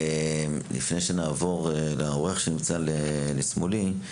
אני אעבור לאורח שנמצא משמאלי.